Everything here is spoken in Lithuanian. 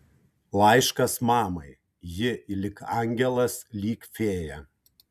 laiškas mamai ji lyg angelas lyg fėja